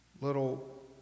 little